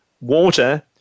water